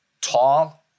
tall